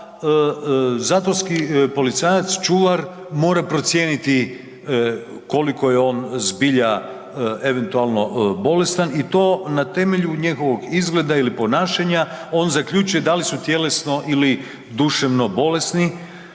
zatvorski policajac, čuvar, mora procijeniti koliko je on zbilja eventualno bolestan i to na temelju njegovog izgleda ili ponašanja on zaključuje da li su tjelesno ili duševno bolesni,